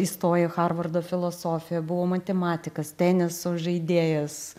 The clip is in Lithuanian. įstojo į harvardo filosofiją buvo matematikas teniso žaidėjas